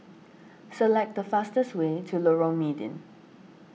select the fastest way to Lorong Mydin